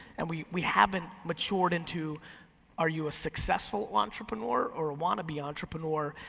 and we we haven't matured into are you a successful entrepreneur or a wannabe entrepreneur?